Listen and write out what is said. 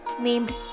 named